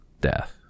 death